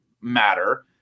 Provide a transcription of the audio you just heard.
matter